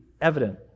evident